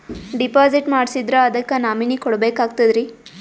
Deposit ಮಾಡ್ಸಿದ್ರ ಅದಕ್ಕ nominee ಕೊಡಬೇಕಾಗ್ತದ್ರಿ?